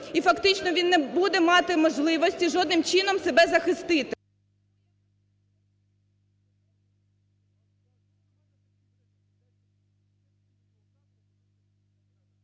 і фактично він не буде мати можливості жодним чином себе захистити.